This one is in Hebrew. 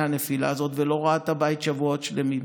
הנפילה הזו ולא ראה את הבית שבועות שלמים.